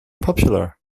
popular